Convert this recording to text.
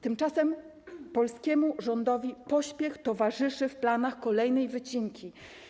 Tymczasem polskiemu rządowi pośpiech towarzyszy w planach kolejnej wycinki.